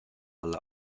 alla